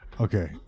Okay